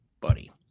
buddy